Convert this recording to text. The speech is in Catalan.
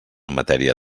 matèria